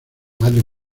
madre